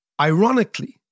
ironically